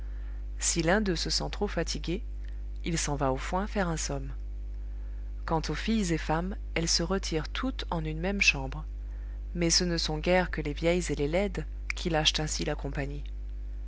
si l'un d'eux se sent trop fatigué il s'en va au foin faire un somme quant aux filles et femmes elles se retirent toutes en une même chambre mais ce ne sont guère que les vieilles et les laides qui lâchent ainsi la compagnie